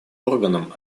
органом